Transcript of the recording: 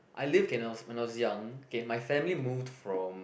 I live K when I was when I was young K my family moved from